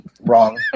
Wrong